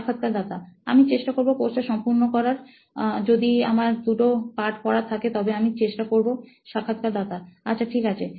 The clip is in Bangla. সাক্ষাৎকারদাতাআমি চেষ্টা করবো কোর্সটা সম্পূর্ণ করার যদি আমার দুটো পাঠ পড়ার থাকে তবে আমি চেষ্টা করবো সাক্ষাৎকারদাতা আচ্ছা ঠিক আছে